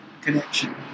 connection